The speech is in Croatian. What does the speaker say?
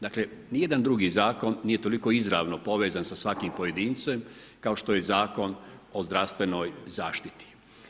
Dakle, ni jedan drugi zakon nije toliko izravno povezan sa svakim pojedincem kao što je Zakon o zdravstvenoj zaštiti.